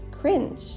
cringe